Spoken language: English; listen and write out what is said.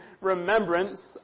remembrance